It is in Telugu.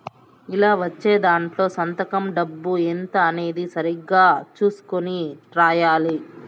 ఇలా ఇచ్చే దాంట్లో సంతకం డబ్బు ఎంత అనేది సరిగ్గా చుసుకొని రాయాలి